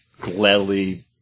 gladly